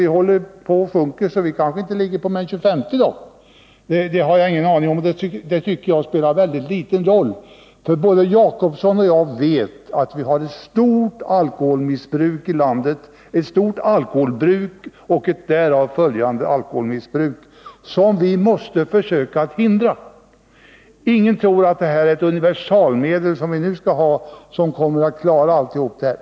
Dessutom sjunker ju våra totala konsumtion, så vi kanske i dag ligger först på 28:e plats. Jag har ingen aning om det, och det spelar dessutom mycket liten roll. Både Egon Jacobsson och jag vet nämligen att vi i landet har ett stort alkoholbruk och ett därav följande stort alkoholmissbruk, som vi måste försöka att hindra. Ingen tror att lördagsstängningen är ett universalmedel, som kommer att lösa alla problem.